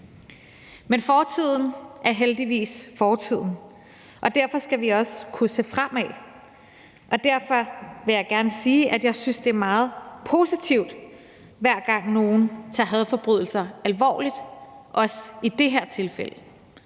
men fortiden er heldigvis fortid. Derfor skal vi også kunne se fremad, og derfor vil jeg gerne sige, at jeg synes, at det er meget positivt, hver gang nogle tager hadforbrydelser alvorligt, også i det her tilfælde.